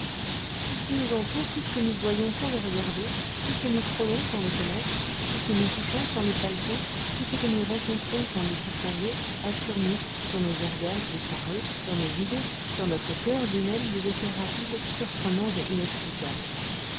tout ce qui nous entoure tout ce que nous voyons sans le regarder tout ce que nous frôlons sans le connaître tout ce que nous touchons sans le palper tout ce que nous rencontrons sans le distinguer a sur nous sur nos organes et par eux sur nos idées sur notre coeur lui-même des effets rapides surprenants et inexplicables